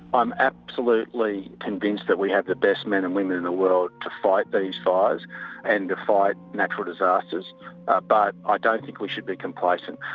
i'm absolutely convinced that we have the best men and women in the world to fight these fires and to fight natural disasters ah but i ah don't think we should be complacent.